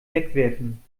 wegwerfen